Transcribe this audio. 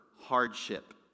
hardship